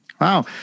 Wow